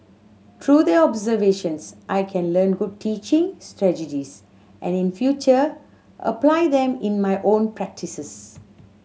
through the observations I can learn good teaching strategies and in future apply them in my own practices